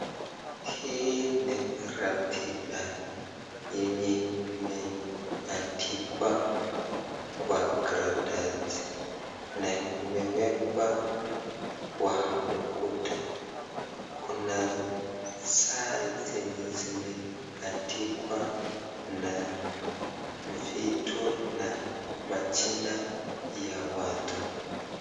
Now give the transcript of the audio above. Hii ni ratiba yenye imeandikwa kwa karatasi na imewekwa kwa ukut. Kuna saa zenye zimeandikwa na vitu na majina ya watu.